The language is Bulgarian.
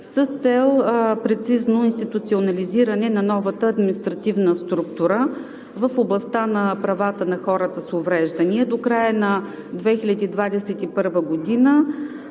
с цел прецизно институционализиране на новата административна структура в областта на правата на хората с увреждания. До края на 2021 г.